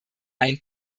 ein